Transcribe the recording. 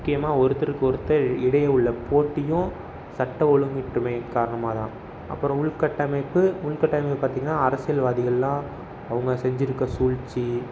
முக்கியமாக ஒருத்தருக்கு ஒருத்தர் இடையில் உள்ள போட்டியும் சட்ட ஒழுங்கு இன்மை காரணமாக தான் அப்புறம் உள்கட்டமைப்பு உள்கட்டமைப்பு பார்த்திங்கன்னா அரசியல்வாதிகளெலாம் அவங்க செஞ்சுருக்க சூழ்ச்சி